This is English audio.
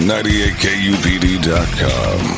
98kupd.com